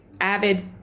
avid